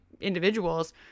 individuals